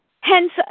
Hence